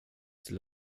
till